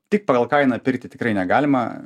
tik pagal kainą pirkti tikrai negalima